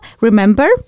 Remember